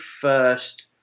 first